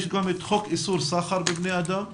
יש גם את חוק איסור סחר בבני אדם,